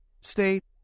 state